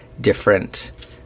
different